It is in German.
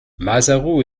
maseru